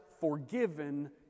forgiven